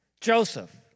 Joseph